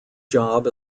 job